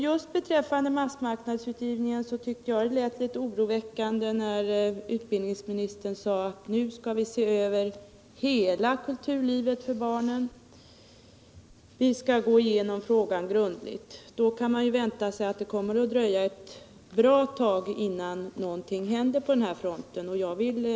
Just beträffande massmarknadsutgivningen tyckte jag att det tät litet oroväckande när utbildningsministern sade att vi nu skall se över hela kulturlivet för barnen. Vi skall gå igenom frågan grundligt. Då kan man vänta sig all det kommer att dröja ett bra tag innan någonting händer just vad gäller en massmarknadsutgivning av bra böcker.